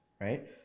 right